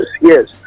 yes